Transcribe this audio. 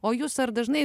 o jūs ar dažnai